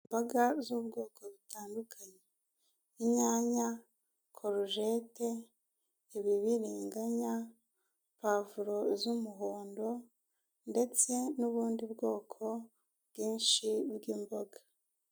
Imboga z'ubwoko bitandukanye inyanya, korojete, ibibiriganya, pavuro z'umuhondo ndetse n'ubundi bwoko bwinshi bw'imboga.